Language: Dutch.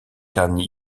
kan